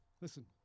Listen